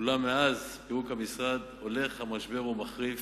אולם מאז פירוק המשרד הולך המשבר ומחריף,